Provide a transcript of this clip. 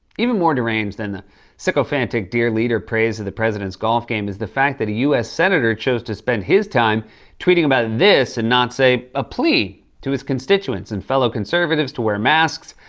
even more deranged than the sycophantic dear-leader praise of the president's golf game is the fact that a u s. senator chose to spend his time tweeting about this and not, say, a plea to his constituents and fellow conservatives to wear masks,